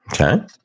Okay